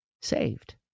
Saved